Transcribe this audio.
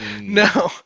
No